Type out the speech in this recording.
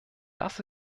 das